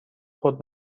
خود